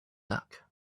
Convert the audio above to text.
luck